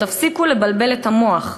תפסיקו לבלבל את המוח.